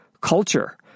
culture